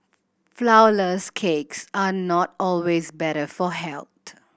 flourless cakes are not always better for health